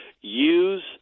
use